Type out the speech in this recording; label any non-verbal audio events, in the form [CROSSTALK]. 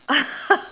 [LAUGHS]